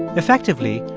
effectively,